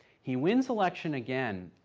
he wins election again,